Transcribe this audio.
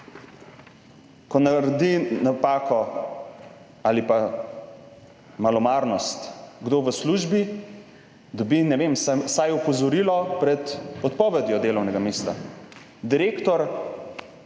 Ko naredi napako ali pa malomarnost, kdo v službi dobi, ne vem, vsaj opozorilo pred odpovedjo delovnega mesta. Direktor